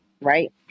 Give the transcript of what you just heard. right